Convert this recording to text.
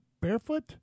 Barefoot